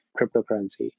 cryptocurrency